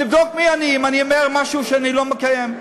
תבדוק מי אני ואם אני אומר משהו שאני לא מקיים.